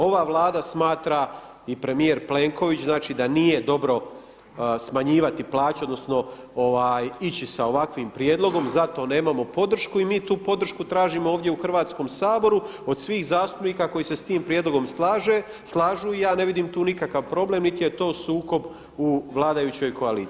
Ova Vlada smatra i premijer Plenković, znači da nije dobro smanjivati plaće odnosno ići sa ovakvim prijedlogom zato nemamo podršku i mi tu podršku tražimo ovdje u Hrvatskom saboru od svih zastupnika koji se s tim prijedlogom slažu i ja ne vidim tu nikakav problem niti je to sukob u vladajućoj koaliciji.